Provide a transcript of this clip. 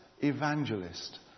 evangelist